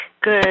Good